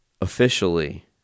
officially